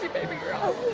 baby girl.